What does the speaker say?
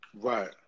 Right